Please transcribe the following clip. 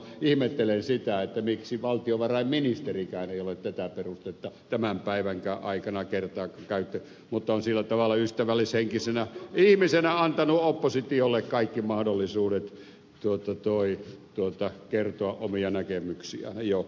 ihmettelen sitä miksi valtiovarainministerikään ei ole tätä perustetta tämänkään päivän aikana kertakaan käyttänyt mutta on sillä tavalla ystävällishenkisenä ihmisenä antanut oppositiolle kaikki mahdollisuudet kertoa omia näkemyksiään ei ole iloa pilannut